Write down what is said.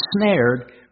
snared